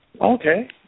Okay